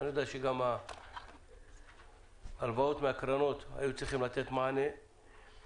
אני יודע שגם מהקרנות היו צריכים לתת מענה לגבי ההלוואות.